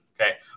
Okay